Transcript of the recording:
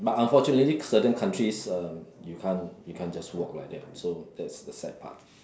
but unfortunately certain countries um you can't you can't just walk like that so that's the sad part